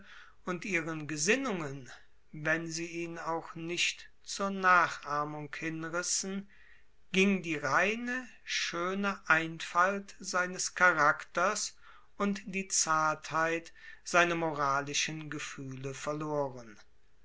und ihren gesinnungen wenn sie ihn auch nicht zur nachahmung hinrissen ging die reine schöne einfalt seines charakters und die zartheit seiner moralischen gefühle verloren